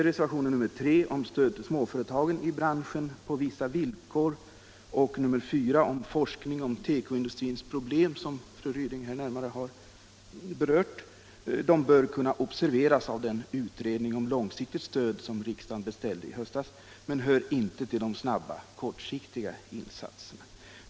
Reservationen 3 om stöd till småföretag på vissa villkor och nr 4 om forskning rörande tekoindustrins problem, som fru Ryding närmare har berört, bör kunna observeras av den utredning om långsiktigt stöd som riksdagen beställde i höstas, men hör inte hemma bland de snabbt verkande, kortsiktiga insatserna.